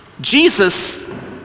Jesus